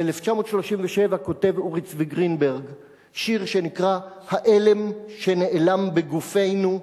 ב-1937 כותב אורי צבי גרינברג שיר שנקרא: "העלם שנעלם בגופנו,